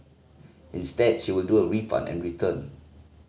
instead she will do a refund and return